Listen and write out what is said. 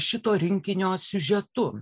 šito rinkinio siužetu